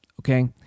okay